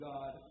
God